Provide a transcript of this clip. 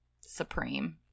supreme